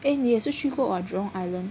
eh 你也是去过 err Jurong Island